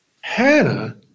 Hannah